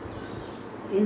here where got fun